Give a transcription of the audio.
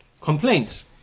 complaints